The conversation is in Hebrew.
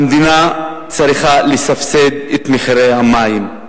שהמדינה צריכה לסבסד את מחירי המים,